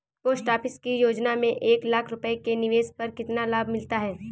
Post office की योजना में एक लाख रूपए के निवेश पर कितना लाभ मिलता है?